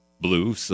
Blue